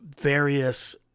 various